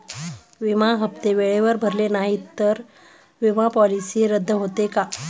विमा हप्ते वेळेवर भरले नाहीत, तर विमा पॉलिसी रद्द होते का?